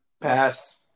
pass